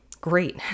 great